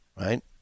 right